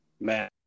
Matt